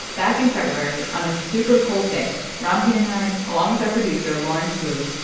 back in february, on a super cold day, ramtin and i, along with our producer lawrence wu,